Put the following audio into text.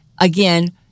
again